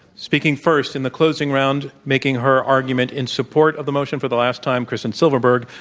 speaking first, in the closing round, making her argument in support of the motion for the last time, kristen silverberg,